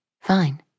fine